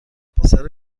پسر